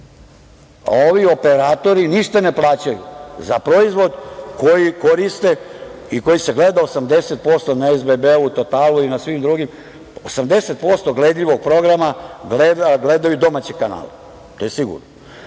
ovi operatori ništa ne plaćaju za proizvod koji koriste i koji se gleda 80% na SBB, Totalu i na svim drugim, 80% gledljivog programa gledaju domaće kanale. To je sigurno.